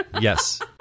yes